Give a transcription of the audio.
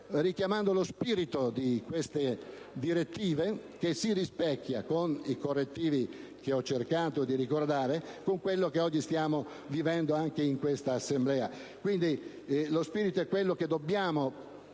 richiamando lo spirito di queste direttive, che si rispecchia, con i correttivi che ho cercato di ricordare, con quello che oggi stiamo vivendo anche in questa Assemblea. Lo spirito che dobbiamo trasmettere